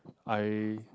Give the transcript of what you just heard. I